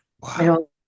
Wow